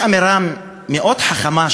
יש אמירה מאוד חכמה,